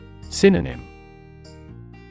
Synonym